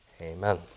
Amen